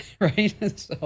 Right